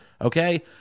okay